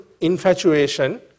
infatuation